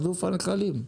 הרדוף הנחלים.